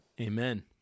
Amen